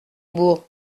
bourg